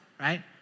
right